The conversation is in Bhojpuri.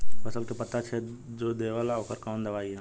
फसल के पत्ता छेद जो देवेला ओकर कवन दवाई ह?